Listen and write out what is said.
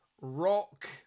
rock